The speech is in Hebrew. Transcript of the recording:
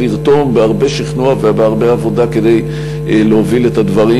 לרתום בהרבה שכנוע ובהרבה עבודה כדי להוביל את הדברים.